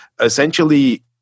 essentially